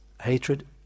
hatred